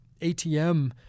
ATM